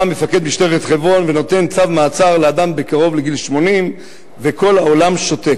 בא מפקד משטרת חברון ונותן צו מעצר לאדם שקרוב לגיל 80 וכל העולם שותק.